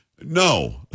no